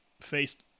faced